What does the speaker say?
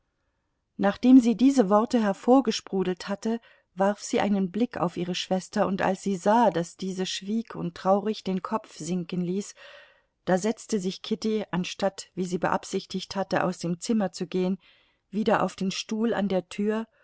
nachdem sie diese worte hervorgesprudelt hatte warf sie einen blick auf ihre schwester und als sie sah daß diese schwieg und traurig den kopf sinken ließ da setzte sich kitty anstatt wie sie beabsichtigt hatte aus dem zimmer zu gehen wieder auf den stuhl an der tür